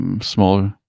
small